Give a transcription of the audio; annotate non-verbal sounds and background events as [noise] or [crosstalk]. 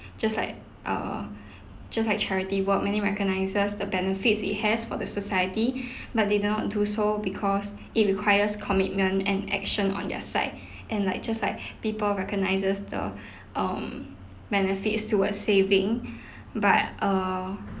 just like uh just like charity work many recognises the benefits it has for the society [breath] but they do not do so because it requires commitment and action on their side and like just like [breath] people recognises the um benefits towards saving but uh